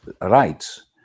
rights